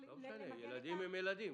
ילדים הם ילדים.